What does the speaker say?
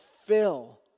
fill